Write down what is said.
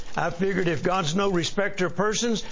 figured if god's no respecter of persons,